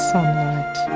Sunlight